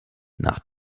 nach